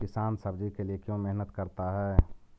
किसान सब्जी के लिए क्यों मेहनत करता है?